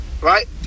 Right